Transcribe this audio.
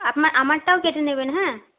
আমারটাও কেটে নেবেন হ্যাঁ